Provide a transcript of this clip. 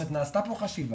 נעשתה פה חשיבה.